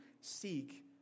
seek